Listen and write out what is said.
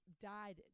died